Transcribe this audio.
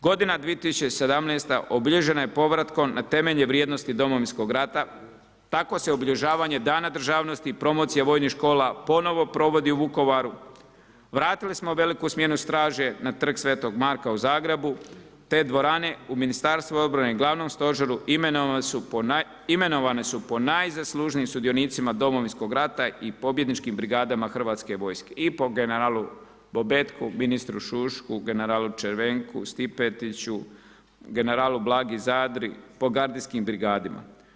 Godina 2017. obilježena je povratkom na temelje vrijednosti Domovinskog rata, tako se obilježavanje Dana državnosti i promocija vojnih škola ponovo provodi u Vukovaru, vratili smo veliku smjenu straže na trg Svetog Marka u Zagrebu te dvorane u Ministarstvu obrani i glavnom stožeru imenovane su po najzaslužnijim sudionicima Domovinskog rata i pobjedničkim brigadama Hrvatske vojske i po generalu Bobetku, ministru Šušku, generalu Červenku, Stipetiću, generalu Blagi Zadri po gardijskim brigadama.